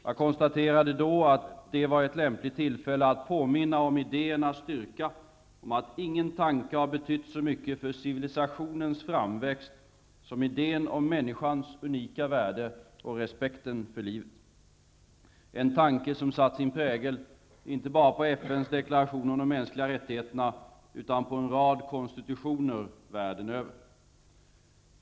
Jag konstaterade då att det var ett lämpligt tillfälle att påminna om idéernas styrka, om att ingen tanke har betytt så mycket för civilisationens framväxt som idén om människans unika värde och respekten för livet -- en tanke som satt sin prägel inte bara på FN:s deklaration om de mänskliga rättigheterna utan på en rad konstitutioner världen över.